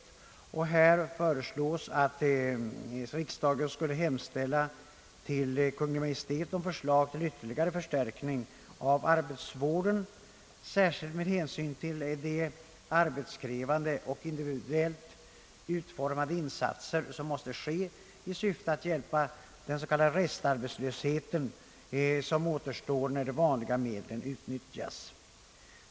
I denna reservation föreslås att riksdagen skall hemställa hos Kungl. Maj:t om förslag till ytterligare förstärkningar av arbetsvården, särskilt med hänsyn till de arbetskrävande och individuellt utformade insatser som måste ske i syfte att avhjälpa den s.k. restarbetslöshet som återstår när de vanliga medlen utnyttjats.